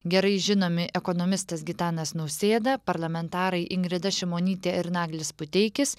gerai žinomi ekonomistas gitanas nausėda parlamentarai ingrida šimonytė ir naglis puteikis